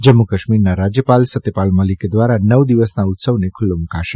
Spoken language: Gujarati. જમ્મુકાશ્મીરના રાજ્યપાલ સત્યપાલ મલિક દ્વારા નવ દિવસના ઉત્સવને ખુલ્લો મુકાશે